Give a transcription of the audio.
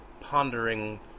pondering